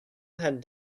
had